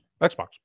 Xbox